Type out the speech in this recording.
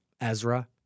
Ezra